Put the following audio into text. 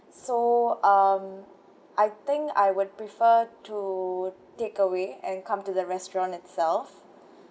so um I think I would prefer to takeaway and come to the restaurant itself